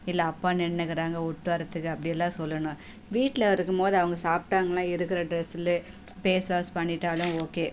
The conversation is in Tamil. இல்லைஅப்பா நின்றுக்குறாங்க விட்டு வரத்துக்கு அப்படியெல்லாம் சொல்லணும் வீட்டில் இருக்கும் போது அவங்க சாப்பிட்டாங்கனா இருக்கிற ட்ரெஸ்லே பேஸ் வாஸ் பண்ணிகிட்டாலும் ஒகே